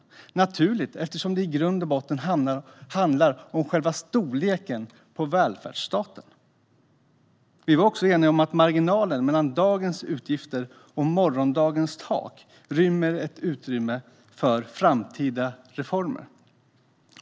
Det är naturligt, eftersom det i grund och botten handlar om själva storleken på välfärdsstaten. Vi var också eniga om att det i marginalen mellan dagens utgifter och morgondagens tak finns ett utrymme för möjliga framtida reformer.